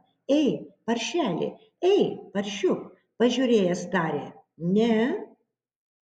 ei paršeli ei paršiuk pažiūrėjęs tarė ne